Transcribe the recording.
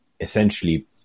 essentially